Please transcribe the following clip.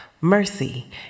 mercy